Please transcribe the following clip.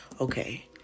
okay